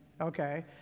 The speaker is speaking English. okay